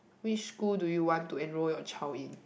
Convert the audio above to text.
which school do you want to enroll your child in